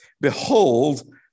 behold